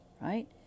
right